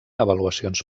avaluacions